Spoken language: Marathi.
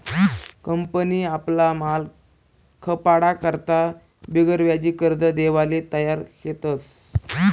कंपनी आपला माल खपाडा करता बिगरव्याजी कर्ज देवाले तयार शेतस